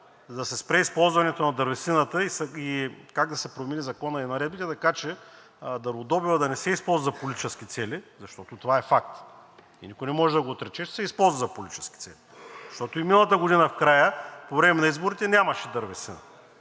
да се спре използването на дървесината и как да се промени законът и наредбите, така че дърводобивът да не се използва за политически цели, защото това е факт и никой не може да го отрече – че се използва за политически цели. И миналата година в края, по време на изборите, нямаше дървесина.